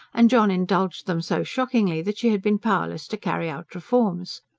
and john indulged them so shockingly that she had been powerless to carry out reforms.